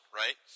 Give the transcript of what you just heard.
right